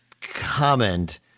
comment